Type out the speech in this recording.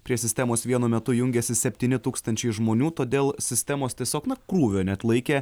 prie sistemos vienu metu jungėsi septyni tūkstančiai žmonių todėl sistemos tiesiog na krūvio neatlaikė